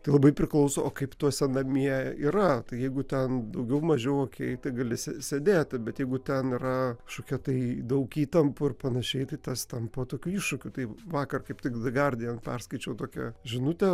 tai labai priklauso kaip tuose namie yra jeigu ten daugiau mažiau okei tai gali sė sėdėti bet jeigu ten yra kažkokie tai daug įtampų ir panašiai tai tas tampa tokiu iššūkiu tai vakar kaip tik gardian perskaičiau tokią žinutę